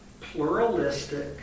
pluralistic